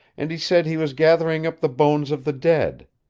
and he said he was gathering up the bones of the dead.